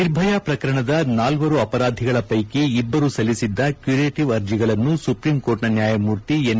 ನಿರ್ಭಯ ಪ್ರಕರಣದ ನಾಲ್ವರು ಅಪರಾಧಿಗಳ ಪೈಕಿ ಇಬ್ಬರು ಸಲ್ಲಿಸಿದ್ದ ಕ್ಟೂರೇಟವ್ ಅರ್ಜಿಗಳನ್ನು ಸುಪ್ರೀಂ ಕೋರ್ಟ್ನ ನ್ಯಾಯಮೂರ್ತಿ ಎನ್